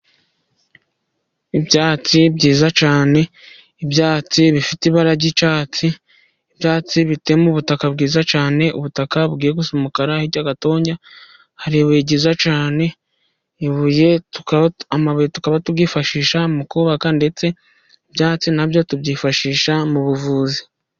Ibyatsi byiza cyane, ibyatsi bifite ibara ry'icyatsi, ibyatsi bituye mu butaka bwiza cyane, ubutaka bugiye gusa umukara, hirya gatoya, hari ibuye ryiza cyane, ibuye amabuye tukaba tuyifashisha mu kubaka ndetse ibyatsi na byo tubyifashisha mu buvuzi.